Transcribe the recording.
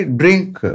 drink